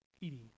eating